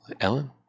Ellen